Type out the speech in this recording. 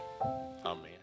Amen